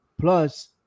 Plus